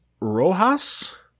Rojas